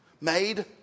made